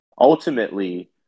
Ultimately